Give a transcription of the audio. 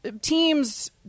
teams